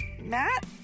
Matt